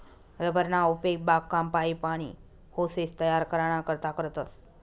rubber ना उपेग बागकाम, पाइप, आनी होसेस तयार कराना करता करतस